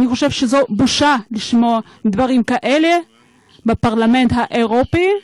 אני חושב שזו בושה לשמוע דברים כאלה בפרלמנט האירופי,